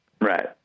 Right